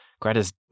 Greta's